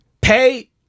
Pay